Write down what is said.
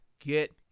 get